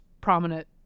prominent